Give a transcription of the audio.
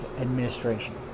administration